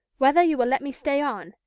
whether you will let me stay on,